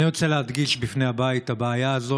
אני רוצה להדגיש בפני הבית: הבעיה הזאת